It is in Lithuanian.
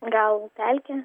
gal pelkė